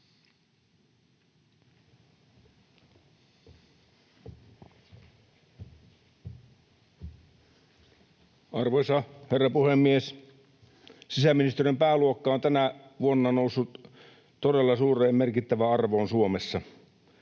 Arvoisa herra puhemies! Sisäministeriön pääluokka on tänä vuonna noussut todella suureen, merkittävään arvoon Suomessa.